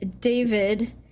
David